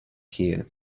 here